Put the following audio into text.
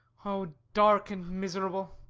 o dark and miserable!